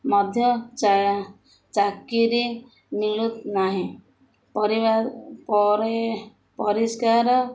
ମଧ୍ୟ ଚା ଚାକିରି ମିଳୁ ନାହିଁ ପରିବାର ପରେ ପରିଷ୍କାର